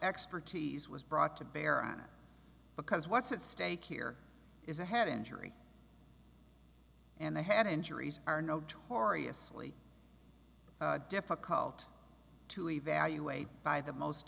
expertise was brought to bear on it because what's at stake here is a head injury and a head injuries are notoriously difficult to evaluate by the most